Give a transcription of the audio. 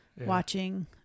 watching